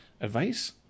advice